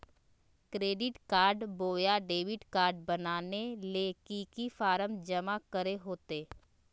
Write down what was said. Credit card बोया debit card बनाने ले की की फॉर्म जमा करे होते?